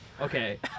okay